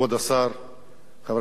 חברי הכנסת,